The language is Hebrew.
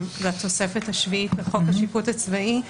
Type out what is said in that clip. לתוספת השביעית לחוק השיפוט הצבאי.